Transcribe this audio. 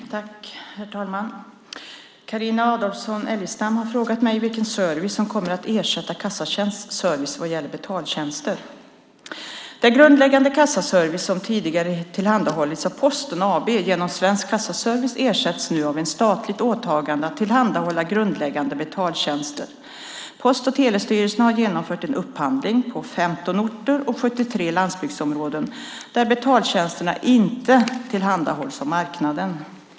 Herr talman! Carina Adolfsson Elgestam har frågat mig vilken service som kommer att ersätta kassatjänsts service vad gäller betaltjänster. Den grundläggande kassaservice som tidigare tillhandahållits av Posten AB genom Svensk Kassaservice ersätts nu av ett statligt åtagande att tillhandahålla grundläggande betaltjänster. Post och telestyrelsen har genomfört en upphandling på 15 orter och 73 landsbygdsområden där betaltjänsterna inte tillhandahålls av marknaden.